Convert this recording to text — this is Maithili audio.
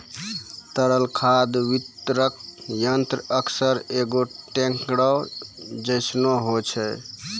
तरल खाद वितरक यंत्र अक्सर एगो टेंकरो जैसनो होय छै